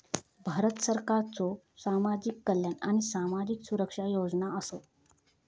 भारत सरकारच्यो सामाजिक कल्याण आणि सामाजिक सुरक्षा योजना आसत